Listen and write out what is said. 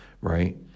Right